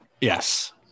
Yes